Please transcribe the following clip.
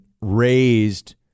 raised